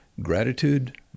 gratitude